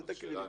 אל תקריא לי.